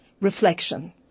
Reflection